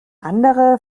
andere